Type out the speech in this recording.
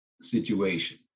situation